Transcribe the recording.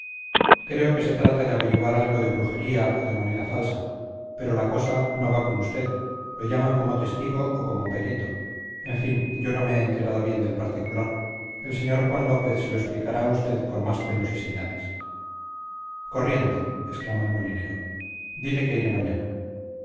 creo que se trata de averiguar algo de brujería o de moneda falsa pero la cosa no va con usted lo llaman como testigo o como perito en fin yo no me he enterado bien del particular el señor juan lópez se lo explicará a usted con más pelos y señales corriente exclamó el molinero dile que iré mañana